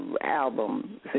album